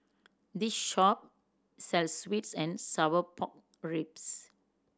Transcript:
this shop sells sweet and sour pork ribs